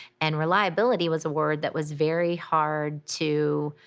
and reliability was a word that was very hard to,